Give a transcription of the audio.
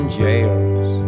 jails